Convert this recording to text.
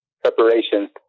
Preparation